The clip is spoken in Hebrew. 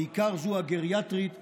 בעיקר זו הגריאטרית והסיעודית.